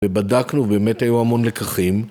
ובדקנו באמת היו המון לקחים